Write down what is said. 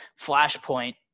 Flashpoint